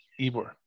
ibor